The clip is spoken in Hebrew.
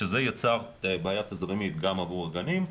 וזה יצר בעיה תזרימית גם עבור הגנים.